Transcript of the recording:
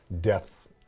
death